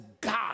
God